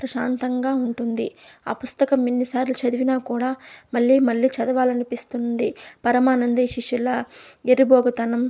ప్రశాంతంగా ఉంటుంది ఆ పుస్తకం ఎన్నిసార్లు చదివినా కూడా మళ్ళీ మళ్ళీ చదవాలనిపిస్తుండి పరమానందయ్య శిష్యుల ఎర్రిబాగుతనం